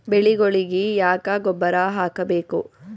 ಬೆಳಿಗೊಳಿಗಿ ಯಾಕ ಗೊಬ್ಬರ ಹಾಕಬೇಕು?